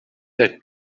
they